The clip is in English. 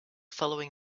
following